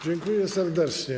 Dziękuję serdecznie.